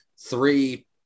three